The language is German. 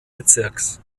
bezirks